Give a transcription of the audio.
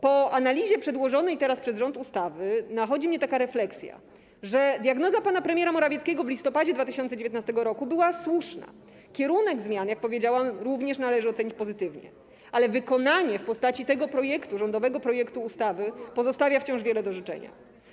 Po analizie przedłożonej teraz przez rząd ustawy nachodzi mnie taka refleksja, że diagnoza pana premiera Morawieckiego z listopada 2019 r. była słuszna, kierunek zmian, jak powiedziałam, również należy ocenić pozytywnie, ale wykonanie w postaci tego rządowego projektu ustawy pozostawia wciąż wiele do życzenia.